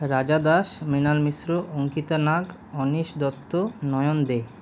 রাজা দাস মৃণাল মিশ্র অঙ্কিতা নাগ অনিশ দত্ত নয়ন দে